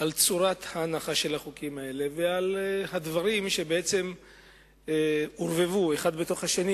על צורת ההנחה של החוקים האלה ועל הדברים שבעצם עורבבו אחד בתוך השני